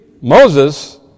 Moses